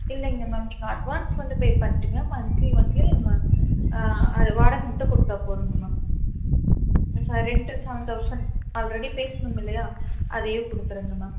இல்லைங்க மேம் நீங்கள் அட்வான்ஸ் வந்து பே பண்ணிட்டிங்க மன்த்லி மன்த்லி நம்ம அது வாடகை மட்டும் கொடுத்தா போதுங்க ma'am for rent seven thousand already பேசுனோம் இல்லையா அதையே கொடுத்துருங்க மேம்